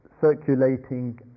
circulating